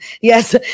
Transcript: yes